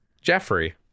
Jeffrey